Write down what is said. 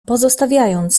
pozostawiając